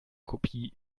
kopie